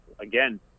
again